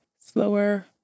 slower